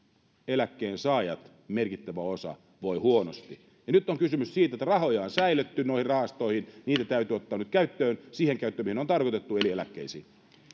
eläkkeensaajista merkittävä osa voi huonosti ja nyt on kysymys siitä että rahoja on säilötty noihin rahastoihin niitä täytyy ottaa nyt käyttöön siihen käyttöön mihin ne on tarkoitettu eli eläkkeisiin